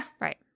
Right